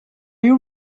you